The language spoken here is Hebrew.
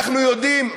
אנחנו יודעים,